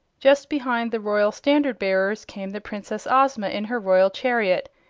just behind the royal standard-bearers came the princess ozma in her royal chariot,